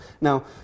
Now